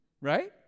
Right